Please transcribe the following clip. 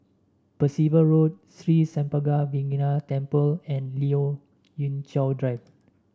Percival Road Sri Senpaga Vinayagar Temple and Lien Ying Chow Drive